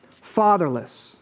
fatherless